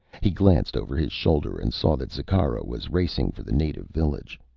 he glanced over his shoulder and saw that zikkara was racing for the native village.